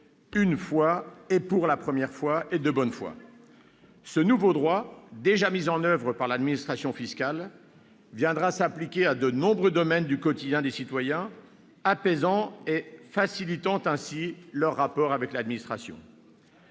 bonne foi et pour la première fois. Ce nouveau droit, déjà mis en oeuvre par l'administration fiscale, viendra s'appliquer à de nombreux domaines du quotidien des citoyens, apaisant et facilitant ainsi leurs rapports avec l'administration.